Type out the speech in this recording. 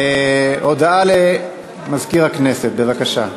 הודעה לסגן מזכירת הכנסת, בבקשה.